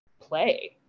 play